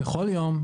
בכול יום,